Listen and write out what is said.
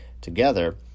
Together